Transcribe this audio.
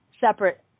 separate